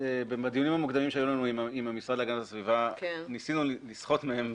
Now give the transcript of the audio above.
בדיונים המוקדמים שהיו לנו עם המשרד להגנת הסביבה ניסינו לסחוט מהם,